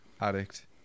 addict